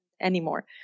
anymore